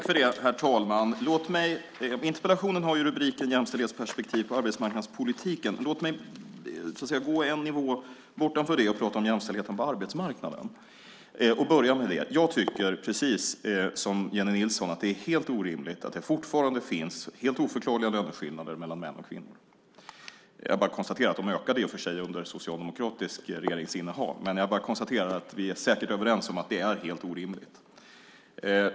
Herr talman! Interpellationen har rubriken Jämställdhetsperspektiv på arbetsmarknadspolitiken. Jag ska gå en nivå bortom det och tala om jämställdheten på arbetsmarknaden. Jag tycker, precis som Jennie Nilsson, att det är helt orimligt att det fortfarande finns helt oförklarliga löneskillnader mellan män och kvinnor. De ökade i och för sig under det socialdemokratiska regeringsinnehavet. Men jag konstaterar bara att vi säkert är överens om att det är helt orimligt.